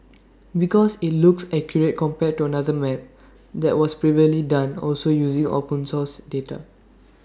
because IT looks accurate compared to another map that was previously done also using open source data